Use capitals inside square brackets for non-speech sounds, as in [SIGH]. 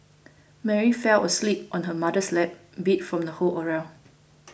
Mary fell asleep on her mother's lap beat from the whole [UNINTELLIGIBLE]